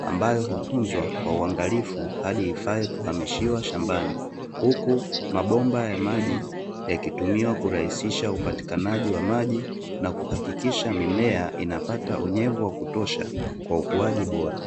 ambayo hutuzwa kwa uangalifu hadi ifae kuhamishiwa shambani huku mabomba ya maji yakitumiwa kurahisisha upatikanaji wa maji, na kuhakikisha mimea inapata unyevu wa kutosha kwa ukuaji bora.